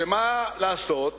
ומה לעשות,